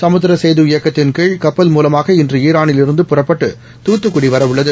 சமுத்திர சேது இயக்கத்தின்கீழ் கப்பல் மூலமாக இன்று ஈரானிலிருந்து புறப்பட்டு தூத்துக்குடி வரவுள்ளது